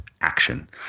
action